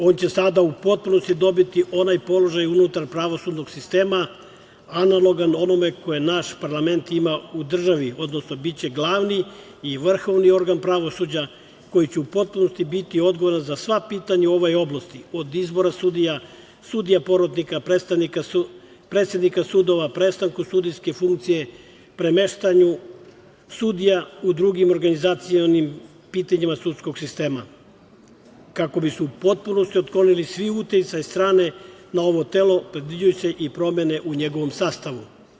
On će sada u potpunosti dobiti onaj položaj unutar pravosudnog sistema analogan onome koje naš parlament ima u državi, odnosno biće glavni i vrhovni organ pravosuđa koji će u potpunosti biti odgovoran za sva pitanja u ovoj oblasti, od izbora sudija, sudija porotnika, predsednika sudova, prestanku sudijske funkcije, premeštanju sudija u drugim organizacionim pitanjima sudskog sistema kako bi se u potpunosti otklonili svi uticaji strane na ovo telo predviđaju se i promene u njegovom sastavu.